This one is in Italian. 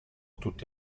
tutti